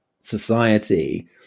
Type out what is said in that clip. society